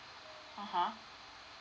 (uh huh)